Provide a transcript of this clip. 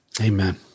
Amen